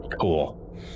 Cool